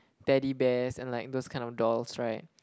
teddy bears and like those kind of dolls right